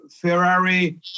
Ferrari